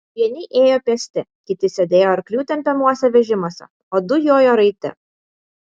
vieni ėjo pėsti kiti sėdėjo arklių tempiamuose vežimuose o du jojo raiti